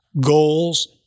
Goals